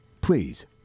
Please